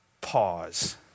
pause